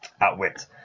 Outwit